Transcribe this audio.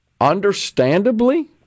understandably